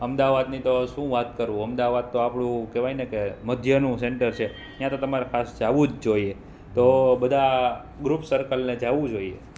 અમદાવાદની તો શું વાત કરું અમદાવાદ તો આપણું કેવાયને કે મધ્યનું સેન્ટર છે ત્યાં તો તમારે ખાસ જવું જ જોઈએ તો બધાં ગ્રુપ સર્કલને જવું જોઈએ